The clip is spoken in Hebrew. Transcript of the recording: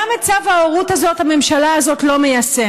גם את צו ההורות הזאת הממשלה הזאת לא מיישמת,